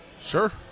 sure